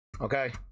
Okay